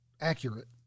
accurate